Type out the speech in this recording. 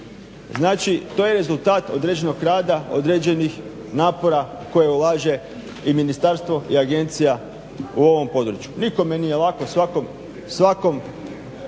Znači, to je rezultat određenog rada, određenih napora koje ulaže i ministarstvo i agencija u ovom području. Nikome nije lako, svatko